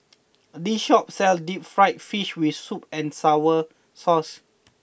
this shop sells Deep Fried Fish with Sweet and Sour Sauce